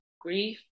grief